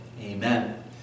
Amen